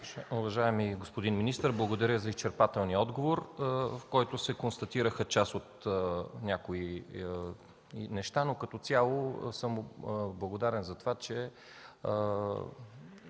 Уважаеми господин министър, благодаря за изчерпателния отговор, в който се констатираха част от някои неща, но като цяло съм благодарен за това, че